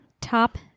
Top